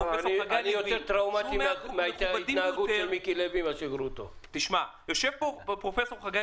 יש לי יותר טראומה מההתנהגות של מיקי לוי משל פרופ' גרוטו.